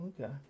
Okay